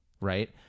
right